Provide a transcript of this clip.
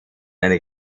eine